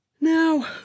now